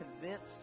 convinced